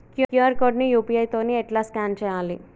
QR code ని UPI తోని ఎట్లా స్కాన్ చేయాలి?